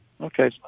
Okay